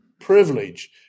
privilege